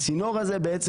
הצינור הזה בעצם,